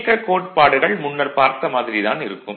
இயக்க கோட்பாடுகள் முன்னர் பார்த்த மாதிரி தான் இருக்கும்